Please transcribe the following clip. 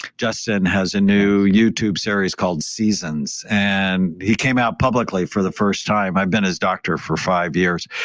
justin has a new youtube series called seasons. and he came out publicly for the first time. i've been his doctor for five years.